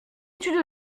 études